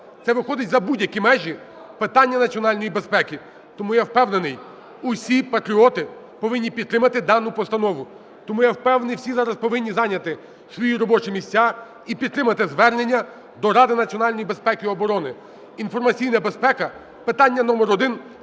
це виходить за будь-які межі питання національної безпеки. Тому я впевнений, усі патріоти повинні підтримати дану постанову. Тому я впевнений, усі зараз повинні зайняти свої робочі місця і підтримати звернення до Ради національної безпеки і оборони. Інформаційна безпека – питання номер один